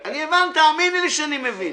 תאמיני לי שאני מבין.